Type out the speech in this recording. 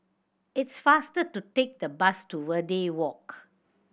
it's faster to take the bus to Verde Walk